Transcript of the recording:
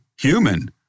human